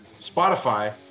Spotify